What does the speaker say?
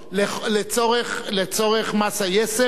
לצורך מס היסף.